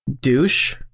douche